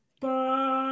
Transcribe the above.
Bye